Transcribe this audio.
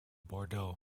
bordeaux